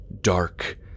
dark